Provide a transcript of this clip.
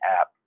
app